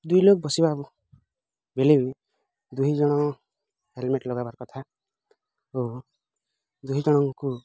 ଦୁଇ ଲୋକ୍ ବସିବା ବେଲେ ଦୁହିଁ ଜଣ ହେଲମେଟ୍ ଲଗେଇବାର୍ କଥା ଓ ଦୁହିଁ ଜଣଙ୍କୁ